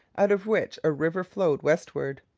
out of which a river flowed westward.